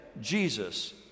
Jesus